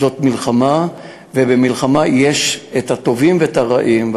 זאת מלחמה, ובמלחמה יש הטובים ויש הרעים.